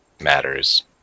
matters